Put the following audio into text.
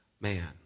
man